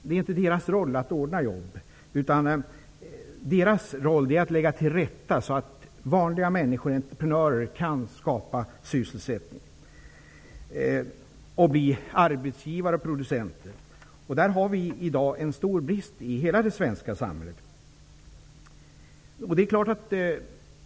Det är inte politikernas roll att ordna jobb, utan deras roll är att lägga till rätta, så att vanliga människor, entreprenörer, kan skapa sysselsättning och bli arbetsgivare och producenter. Där råder i dag en stor brist i hela det svenska samhället.